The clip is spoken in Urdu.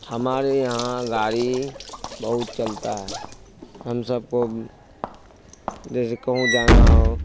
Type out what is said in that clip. ہمارے یہاں گاڑی بہت چلتا ہے ہم سب کو جیسے کہوں جانا ہو